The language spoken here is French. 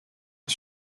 est